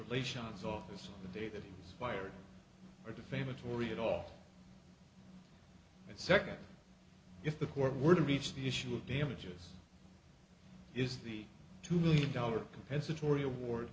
relations office on the day that he was fired are defamatory at all and secondly if the court were to reach the issue of damages is the two million dollars compensatory award